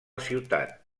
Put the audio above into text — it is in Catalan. ciutat